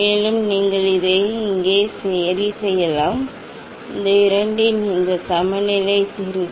மேலும் நீங்கள் இதை இங்கே சரிசெய்யலாம் இந்த இரண்டின் இந்த சமநிலை திருகு